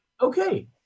okay